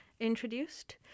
introduced